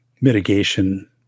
mitigation